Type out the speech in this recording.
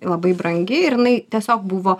labai brangi ir jinai tiesiog buvo